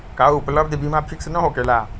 का उपलब्ध बीमा फिक्स न होकेला?